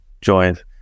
joined